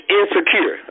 insecure